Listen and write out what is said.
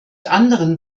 anderen